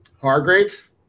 Hargrave